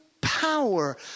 power